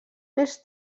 més